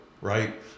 right